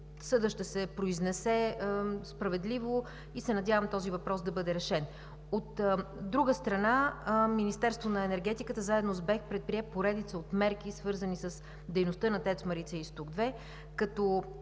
съдът ще се произнесе справедливо и се надявам този въпрос да бъде решен. От друга страна, Министерството на енергетиката, заедно с БЕХ, предприе поредица от мерки, свързани с дейността на ТЕЦ „Марица-изток 2“ като